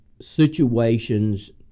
situations